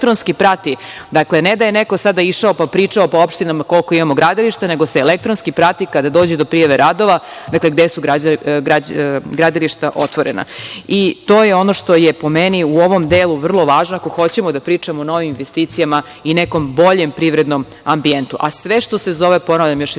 Dakle, ne da je neko sada išao, pa pričao po opštinama koliko imamo gradilišta, nego se elektronski prati, kada dođe do prijave radova, gde su gradilišta otvorena. To je ono što je, po meni, u ovom delu vrlo važno ako hoćemo da pričamo o novim investicijama i nekom boljem privrednom ambijentu. Sve što se zove, ponavljam još jedanputa,